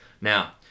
Now